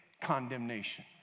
condemnation